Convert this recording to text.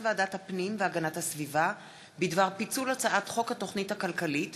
הצעת ועדת הפנים והגנת הסביבה בדבר פיצול הצעת חוק התוכנית הכלכלית